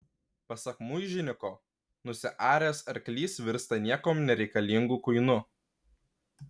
pasak muižiniko nusiaręs arklys virsta niekam nereikalingu kuinu